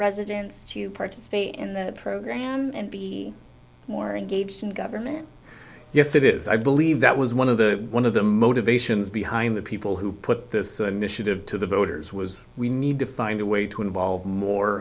residents to participate in the program and be more engaged in government yes it is i believe that was one of the one of the motivations behind the people who put this initiative to the voters was we need to find a way to involve more